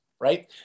right